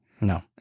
no